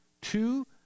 two